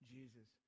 Jesus